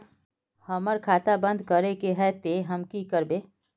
हमर खाता बंद करे के है ते हम की करबे?